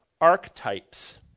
archetypes